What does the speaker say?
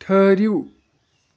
ٹھٔہرِو